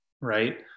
right